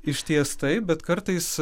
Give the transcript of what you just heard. išties taip bet kartais